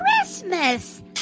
Christmas